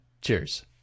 cheers